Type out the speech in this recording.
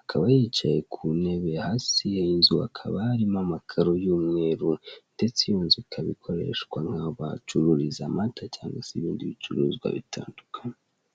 akaba yicaye kuntebe hasi ye y'inzu hakaba harimo amakaro y'umweru ndetse iyo nzu ikaba ikoreshwa nkaho bacururiza amata cyangwa se ibindi bicuruzwa bitandukanye.